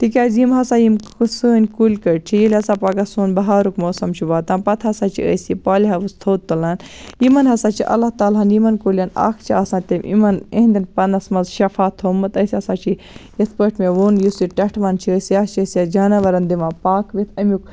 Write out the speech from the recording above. تِکیاز یِم ہسا یِم سٲنۍ کُلۍ کٔٹۍ چھِ ییٚلہِ ہسا پگاہ سون بہارُک موسم چھُ واتان پتہٕ ہسا چھ أسۍ یہِ پالہِ ہاوُس تھوٚد تُلان یِمن ہسا چھُ اَللّٰہ تعالیٰ ہَن یِمن کُلٮ۪ن اَکھ چھِ آسان تٔمۍ یِمن یِہِنٛدٮ۪ن پَنَس منٛز شَفا تھومھت أسۍ ہسا چھِ یِتھ پٲٹھۍ مےٚ وون یُس یہِ ٹیٹھون چھُ یہِ ہسا چھِ أسۍ جاناوارن دِوان پاکوِتھ اَمیُک